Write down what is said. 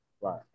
Right